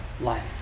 life